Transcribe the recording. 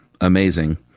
amazing